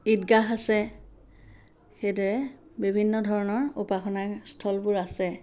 ঈদগাহ আছে সেইদৰে বিভিন্ন উপাসনা স্থলবোৰ আছে